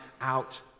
out